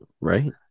Right